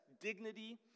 dignity